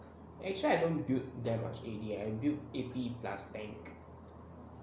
actually I don't build that much A_D eh I build A_P plus tank